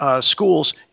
schools